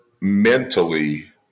mentally